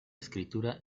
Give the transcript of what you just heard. escritura